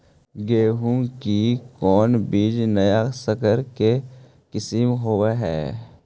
गेहू की कोन बीज नया सकर के किस्म होब हय?